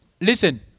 Listen